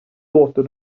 låter